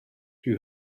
who